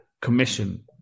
commission